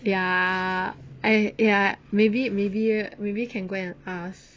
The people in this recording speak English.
ya I ya maybe maybe maybe can go and ask